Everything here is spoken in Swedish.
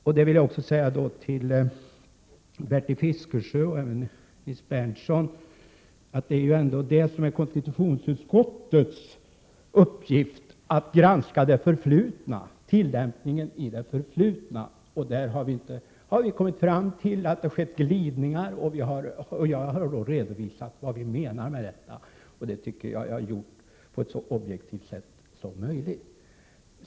För Bertil Fiskesjö och Nils Berndtson vill jag poängtera att konstitutionsutskottets uppgift är att granska tillämpningen i det förflutna. Där har vi kommit fram till att det har skett glidningar, och jag har redovisat vad vi menar med detta, på ett så objektivt sätt som möjligt, tycker jag.